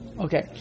Okay